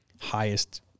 highest